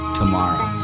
tomorrow